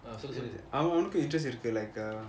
அவன் அவனுக்கு:avan avanuku intrest இருக்கு:iruku like